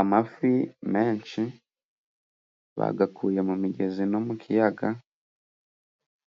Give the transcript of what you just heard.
Amafi menshi bagakuye mu migezi no mu kiyaga,